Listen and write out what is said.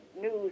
news